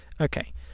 Okay